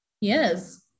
Yes